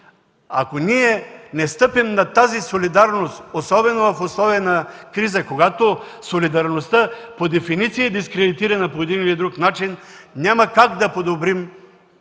Ако ние не стъпим на тази солидарност, особено в условия на криза, когато солидарността по дефиниция е дискредитирана по един или друг начин, няма как да подобрим